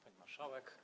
Pani Marszałek!